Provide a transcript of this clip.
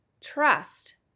trust